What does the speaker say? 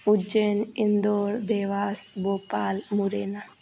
Ujjain Indore Dewas Bhopal Morena